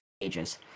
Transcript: ages